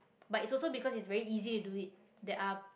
but it's also because it's very easy to do it there are